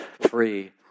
free